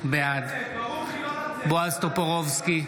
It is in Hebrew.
בעד בועז טופורובסקי,